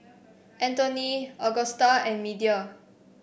Anthoney Augusta and Media